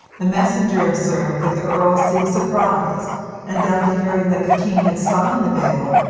the messenger observed that the earl seemed surprised and after hearing that the king had signed the bill,